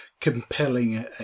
compelling